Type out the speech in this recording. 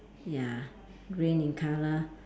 ya green in colour